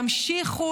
תמשיכו,